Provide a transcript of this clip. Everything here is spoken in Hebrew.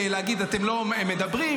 להגיד: אתם לא מדברים,